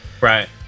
Right